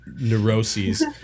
neuroses